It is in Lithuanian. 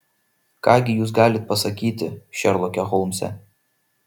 ką gi jūs galit pasakyti šerloke holmse